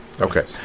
Okay